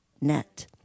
net